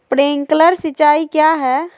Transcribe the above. Sprinkler सिंचाई क्या है?